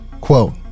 quote